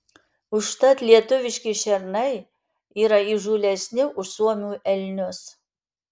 užtat lietuviški šernai yra įžūlesni už suomių elnius